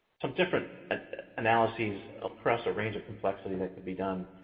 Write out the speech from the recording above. some different analyses across a range of complexity that could be done.